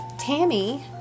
Tammy